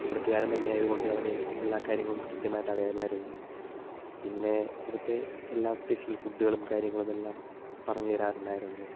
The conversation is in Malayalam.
ഇവിടുത്തുകാരൻ തന്നെയായത് കൊണ്ട് അവന് എല്ലാ കാര്യങ്ങളും കൃത്യമായിട്ട് അറിയാമായിരുന്നു പിന്നെ ഇവിടുത്തെ എല്ലാ സ്പെഷ്യൽ ഫുഡുകളും കാര്യങ്ങളും എല്ലാം പറഞ്ഞ് തരാറുണ്ടായിരുന്നു